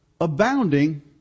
abounding